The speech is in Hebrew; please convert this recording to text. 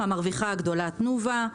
המרוויחה הגדולה תנובה".